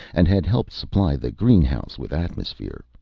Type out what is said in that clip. and had helped supply the greenhouse with atmosphere.